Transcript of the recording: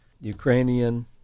Ukrainian